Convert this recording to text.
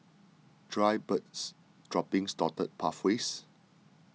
dried birds droppings dotted pathways